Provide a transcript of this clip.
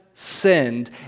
Sinned